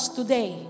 today